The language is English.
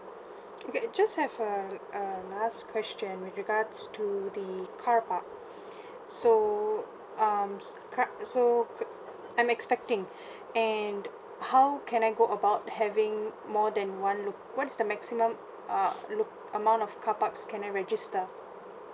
okay just have a uh last question with regards to the carpark so um s~ car so could I'm expecting and how can I go about having more than one loc~ what's the maximum uh loc~ amount of carparks can I register